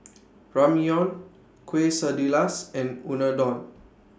Ramyeon Quesadillas and Unadon